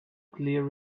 clear